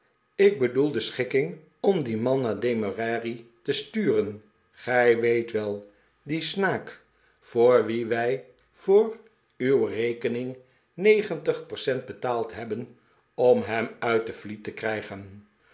ik bedoel de schikking om dien man naar demerary te sturen gij weet wel dien snaak voor wien wij voor uw rekening negentig percent betaald hebben om hem uit de fleet te krijgen